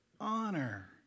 honor